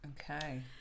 Okay